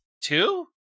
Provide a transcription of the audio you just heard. Two